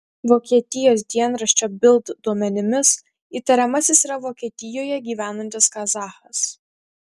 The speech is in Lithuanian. vokietijos dienraščio bild duomenimis įtariamasis yra vokietijoje gyvenantis kazachas